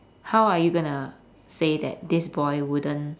how are you gonna say that this boy wouldn't